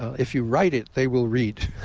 if you write it they will read.